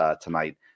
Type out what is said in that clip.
tonight